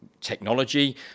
technology